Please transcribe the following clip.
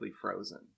frozen